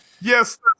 Yes